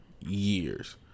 years